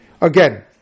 again